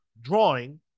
drawing